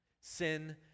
Sin